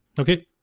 okay